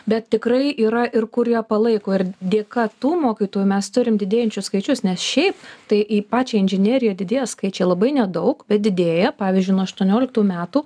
bet tikrai yra ir kurie palaiko ir dėka tų mokytųjų mes turim didėjančius skaičius nes šiaip tai į pačią inžineriją didėja skaičiai labai nedaug bet didėja pavyzdžiui nuo aštuonioliktų metų